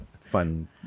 fun